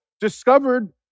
discovered